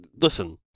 listen